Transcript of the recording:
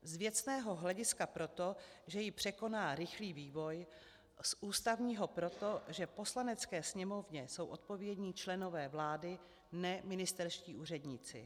Z věcného hlediska proto, že ji překoná rychlý vývoj, z ústavního proto, že v Poslanecké sněmovně jsou odpovědní členové vlády, ne ministerští úředníci.